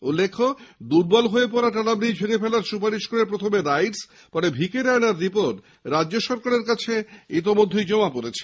উল্লেখ্য দুর্বল হয়ে পড়া টালা ব্রিজ ভেঙে ফেলার সুপারিশ করে প্রথমে রাইট্স পরে ভিকে রায়নার রিপোর্ট রাজ্য সরকারের কাছে জমা পড়েছে